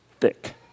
thick